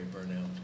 burnout